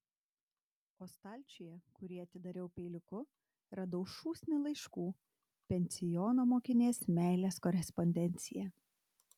o stalčiuje kurį atidariau peiliuku radau šūsnį laiškų pensiono mokinės meilės korespondenciją